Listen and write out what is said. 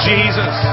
Jesus